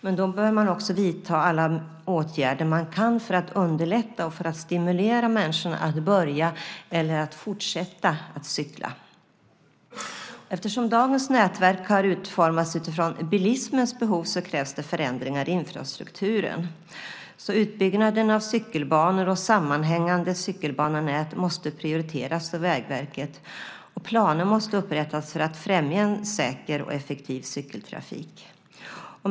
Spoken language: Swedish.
Men då bör man också vidta alla åtgärder man kan för att underlätta och för att stimulera människorna att börja eller att fortsätta cykla. Eftersom dagens nätverk har utformats utifrån bilismens behov krävs det förändringar i infrastrukturen. Utbyggnaden av cykelbanor och sammanhängande cykelbanenät måste prioriteras av Vägverket. Planer måste upprättas för att främja en säker och effektiv cykeltrafik.